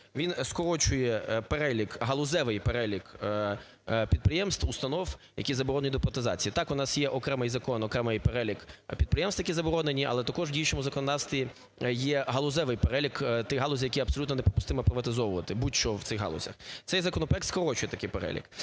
він скорочує перелік, галузевий перелік підприємств, установ, які заборонені до приватизації. Так у нас є окремий закон, окремий перелік підприємств, які заборонені, але також в діючому законодавстві є галузевий перелік тих галузей, які абсолютно неприпустимоприватизовувати будь-що в цих галузях. Цей законопроект скорочує такий перелік.